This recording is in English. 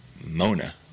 mona